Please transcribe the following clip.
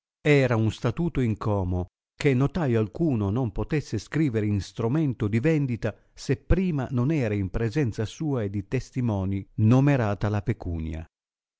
era un statuto in como che notaio alcuno non potesse scriver instromento di vendita se prima non era in presenza sua e di testimoni nomerata la pecunia